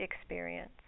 experience